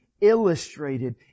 illustrated